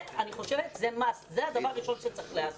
אני חושבת שזה הדבר הראשון שצריך לעשות.